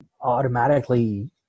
automatically